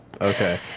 Okay